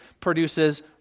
produces